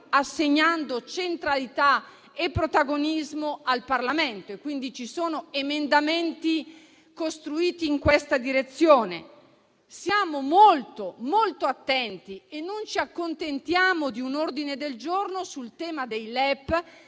assegnando centralità e protagonismo al Parlamento, quindi ci sono emendamenti costruiti in questa direzione. Siamo molto, molto attenti e non ci accontentiamo di un ordine del giorno sul tema dei LEP,